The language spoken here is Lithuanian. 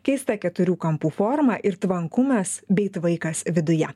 keista keturių kampų forma ir tvankumas bei tvaikas viduje